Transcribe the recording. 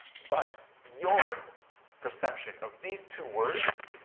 but your perception of these two words